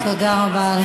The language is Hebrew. אם זה יצא לפועל,